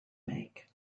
make